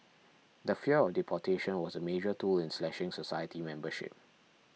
the fear of deportation was a major tool in slashing society membership